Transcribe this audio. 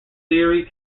theory